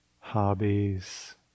hobbies